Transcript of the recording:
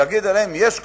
להגיד עליהם: "יש קבוצה"